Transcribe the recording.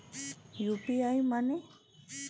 UPI माने?